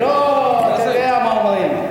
לא, אתה יודע מה אומרים.